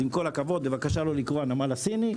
בבקשה אל תקראי נמל סיני.